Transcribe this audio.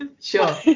Sure